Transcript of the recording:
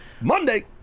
Monday